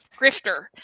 Grifter